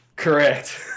Correct